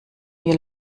wir